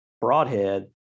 broadhead